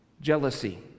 Jealousy